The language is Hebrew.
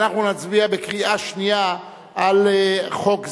ואנחנו נצביע בקריאה שנייה על חוק זה.